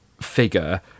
figure